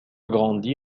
grandi